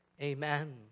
Amen